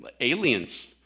aliens